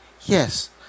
yes